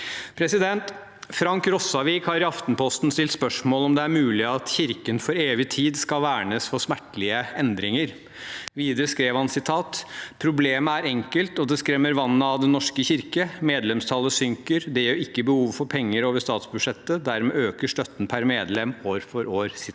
kommersielle. Frank Rossavik har i Aftenposten stilt spørsmål om det er mulig at Kirken for evig tid skal vernes for smertelige endringer. Videre skriver han: «Problemet er enkelt, og det skremmer vannet av Den norske kirke: Medlemstallet synker. Det gjør ikke behovet for penger over statsbudsjettet. Dermed øker støtten pr. medlem, år for år.»